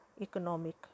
economic